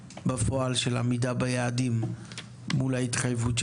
זהו יעד מאתגר; זה בכלל לא פשוט,